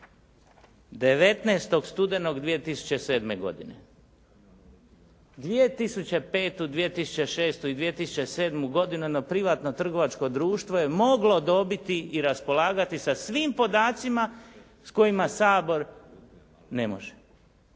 19. studenog 2007. godine. 2005., 2006. i 2007. godinu jedno privatno trgovačko društvo je moglo dobiti i raspolagati sa svim podacima s kojima Sabor ne može,